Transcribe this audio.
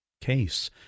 case